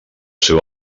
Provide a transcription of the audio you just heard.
seu